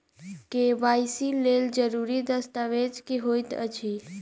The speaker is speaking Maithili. के.वाई.सी लेल जरूरी दस्तावेज की होइत अछि?